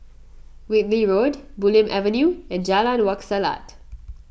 Whitley Road Bulim Avenue and Jalan Wak Selat